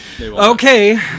Okay